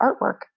artwork